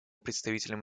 представителем